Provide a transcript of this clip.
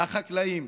החקלאים,